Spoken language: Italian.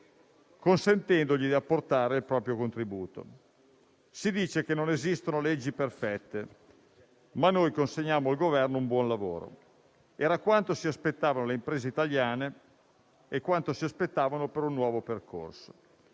consentendo a ciascuno di apportare il proprio contributo. Si dice che non esistono leggi perfette, ma noi consegniamo al Governo un buon lavoro. Era quanto si aspettavano le imprese italiane per un nuovo percorso.